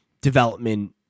development